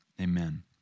amen